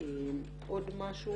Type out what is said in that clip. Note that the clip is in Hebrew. עוד משהו?